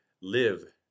live